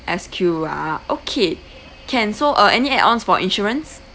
SQ ah okay can so uh any add ons for insurance